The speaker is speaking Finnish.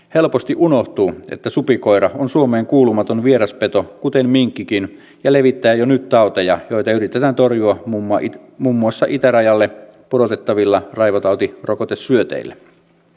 helposti unohtuu että supikoira on suomeen kuulumaton vieras peto kuten minkkikin ja levittää jo nyt tauteja joita yritetään torjua muun muassa itärajalle pudotettavilla raivotautirokotesyöteillä